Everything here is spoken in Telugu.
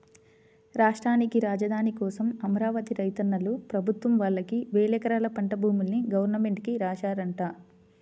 రాష్ట్రానికి రాజధాని కోసం అమరావతి రైతన్నలు ప్రభుత్వం వాళ్ళకి వేలెకరాల పంట భూముల్ని గవర్నమెంట్ కి రాశారంట